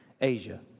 Asia